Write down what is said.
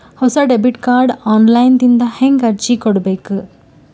ಹೊಸ debit card online ದಿಂದ ಹೇಂಗ ಅರ್ಜಿ ಕೊಡಬೇಕು?